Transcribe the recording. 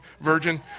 virgin